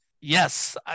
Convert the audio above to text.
Yes